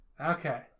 Okay